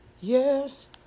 yes